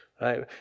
right